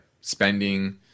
spending